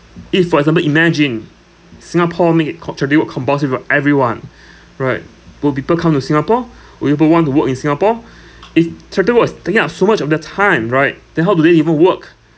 if for example imagine singapore make it contribute compulsory for everyone right will people come to singapore will people want to work in singapore if charity work is taking up so much of their time right then how do they even work